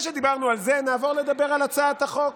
ואחרי שדיברנו על זה, נעבור לדבר על הצעת החוק,